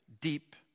deep